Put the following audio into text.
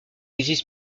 existe